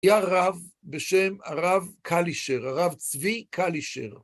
היה רב בשם הרב קלישר, הרב צבי קלישר.